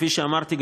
שכפי שאמרתי,